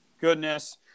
goodness